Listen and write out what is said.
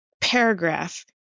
paragraph